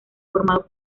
formado